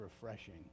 refreshing